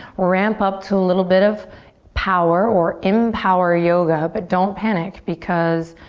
ramp up to a little bit of power or empower yoga but don't panic because